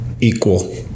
equal